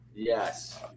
Yes